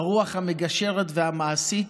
הרוח המגשרת והמעשית,